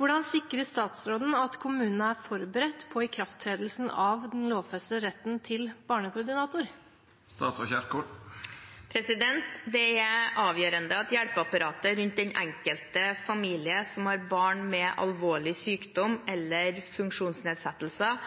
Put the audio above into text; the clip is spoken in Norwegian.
Hvordan sikrer statsråden at kommunene er forberedt på ikrafttredelsen av den lovfestede retten til barnekoordinator?» Det er avgjørende at hjelpeapparatet rundt den enkelte familie som har barn med alvorlig sykdom eller funksjonsnedsettelser,